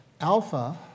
alpha